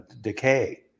decay